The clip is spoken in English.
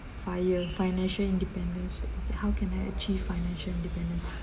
FIRE financial independence how can I achieve financial independence